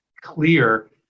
clear